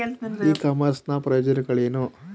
E commerce ನ ಪ್ರಯೋಜನಗಳೇನು?